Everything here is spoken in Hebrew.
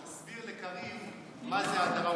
תסביר לקריב מה זה הדרה.